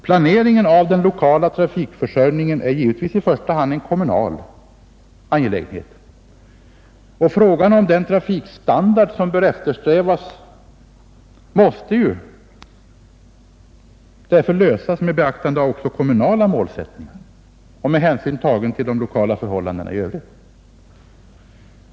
Planeringen av den lokala trafikförsörjningen är givetvis i första hand en kommunal angelägenhet, och frågan om den trafikstandard som bör eftersträvas måste därför lösas med beaktande av kommunala målsättningar och med hänsyn till de lokala förhållandena i övrigt.